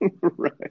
Right